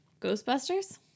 Ghostbusters